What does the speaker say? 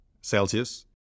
Celsius